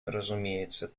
разумеется